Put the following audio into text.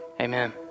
Amen